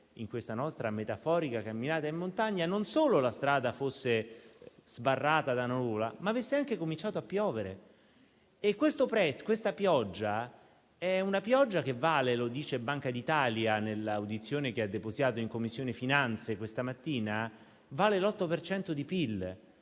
in questa nostra metaforica camminata in montagna non solo la strada fosse sbarrata da una nuvola, ma avesse anche cominciato a piovere e questa pioggia - secondo quanto esposto da Banca d'Italia, nell'audizione che ha depositato in Commissione questa mattina - vale l'8 per